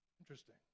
Interesting